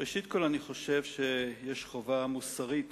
ראשית, אני חושב שיש חובה מוסרית